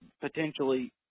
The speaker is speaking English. potentially –